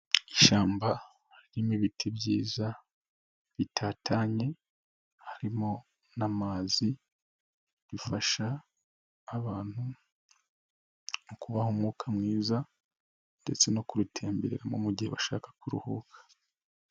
Ishyamba harimo ibiti byiza bitatanye harimo n'amazi rifasha abantu mu kubaha umwuka mwiza ndetse no kuritembereramo mu gihe bashaka kuruhuka.